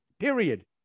period